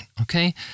okay